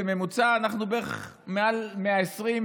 בממוצע אנחנו בערך מעל 120,